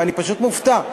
ואני פשוט מופתע.